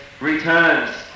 returns